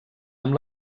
amb